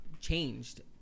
changed